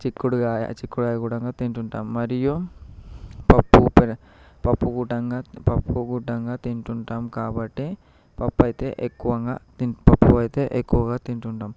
చిక్కుడుకాయ చిక్కుడుకాయ కూడంగా తింటుంటాం మరియు పప్పు పప్పు గుటంగా పప్పు గుటంగా తింటుంటాం కాబట్టి పప్పు అయితే ఎక్కువగా తిం పప్పు అయితే ఎక్కువగా తింటుంటాం